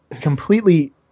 completely